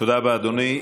תודה רבה, אדוני.